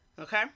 okay